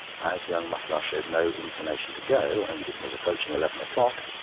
as young mutlar showed no inclination to go, and it was approaching eleven o'clock,